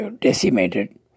decimated